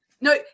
No